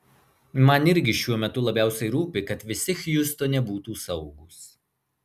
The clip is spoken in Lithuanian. man irgi šiuo metu labiausiai rūpi kad visi hjustone būtų saugūs